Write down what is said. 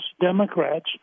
Democrats